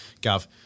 Gav